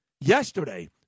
yesterday